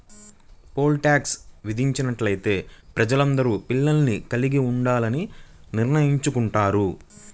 pole tax విధించినట్లయితే ప్రజలందరూ పిల్లల్ని కలిగి ఉండాలని నిర్ణయించుకుంటారు